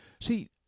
See